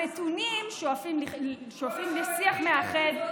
המתונים שואפים לשיח מאחד,